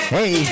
Hey